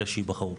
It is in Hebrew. אלה שייבחרו.